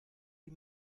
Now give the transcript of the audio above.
wie